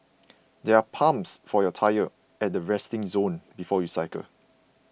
there are pumps for your tyres at the resting zone before you cycle